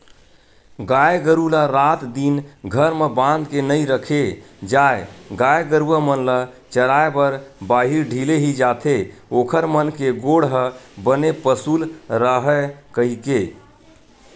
गाय गरु ल रात दिन घर म बांध के नइ रखे जाय गाय गरुवा मन ल चराए बर बाहिर ढिले ही जाथे ओखर मन के गोड़ ह बने पसुल राहय कहिके